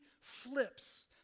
flips